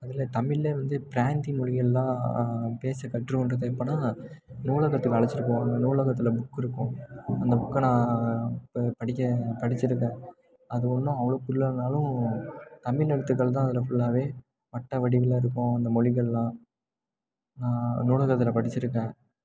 இதில் தமிழ்லே வந்து பிராந்தி மொழியெல்லாம் பேசக் கற்றுக்கொண்டது எப்போனா நூலகத்துக்கு அழைச்சிட்டு போவாங்க அங்கே நூலகத்தில் புக்கு இருக்கும் அந்த புக்கை நான் இப்போ படிக்க படிச்சுருக்கேன் அது ஒன்றும் அவ்வளோ புரியலன்னாலும் தமிழ் எழுத்துக்கள்தான் அதில் ஃபுல்லாகவே வட்ட வடிவில் இருக்கும் அந்த மொழிகள்லாம் நான் நூலகத்தில் படிச்சுருக்கேன்